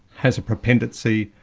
has a propensity,